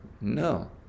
No